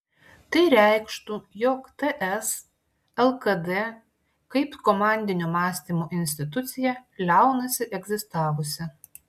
tai reikštų jog ts lkd kaip komandinio mąstymo institucija liaunasi egzistavusi